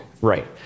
right